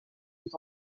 aux